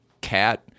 cat